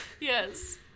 Yes